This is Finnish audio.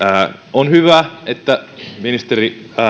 on hyvä että ministeri